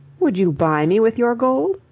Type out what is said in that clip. would you buy me with your gold?